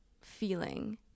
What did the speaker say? feeling